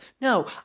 No